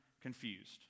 confused